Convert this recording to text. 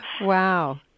Wow